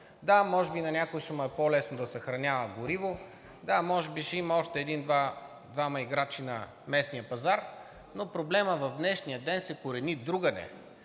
да – може би на някой ще му е по-лесно да съхранява гориво, да – може би ще има още един-двама играчи на местния пазар, но проблемът в днешния ден се корени другаде.